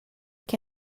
què